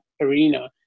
arena